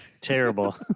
terrible